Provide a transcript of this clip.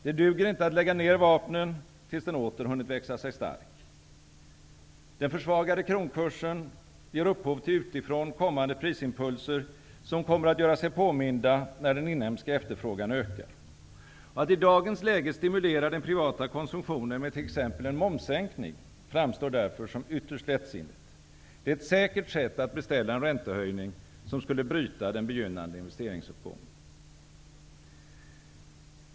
Det duger inte att lägga ned vapnen tills den åter hunnit växa sig stark. Den försvagade kronkursen ger upphov till utifrån kommande prisimpulser, som kommer att göra sig påminda när den inhemska efterfrågan ökar. Att i dagens läge stimulera den privata konsumtionen med t.ex. en momssänkning framstår därför som ytterst lättsinnigt. Det är ett säkert sätt att beställa en räntehöjning, som skulle bryta den begynnande investeringsuppgången.